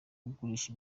agurisha